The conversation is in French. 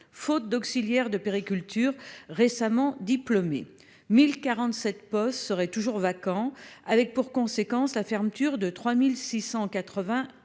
faute d'auxiliaires de puériculture récemment diplômés : 1 047 postes seraient toujours vacants, avec pour conséquence la fermeture de 3 680 places.